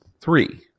Three